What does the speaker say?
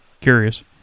curious